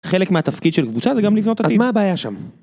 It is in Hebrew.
חלק מהתפקיד של קבוצה זה גם לבנות עתיד. אז מה הבעיה שם?